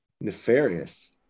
nefarious